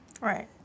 Right